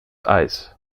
eis